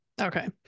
Okay